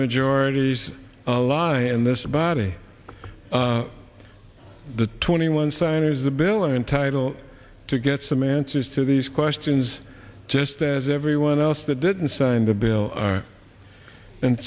majority is alive and this body the twenty one sign is the bill entitled to get some answers to these questions just as everyone else that didn't sign the bill are and